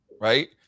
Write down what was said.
right